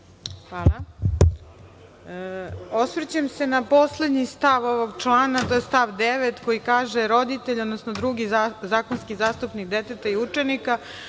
vam. Osvrćem se na poslednji stav ovog člana, a to je stav 9. koji kaže – roditelj, odnosno drugi zakonski zastupnik deteta i učenika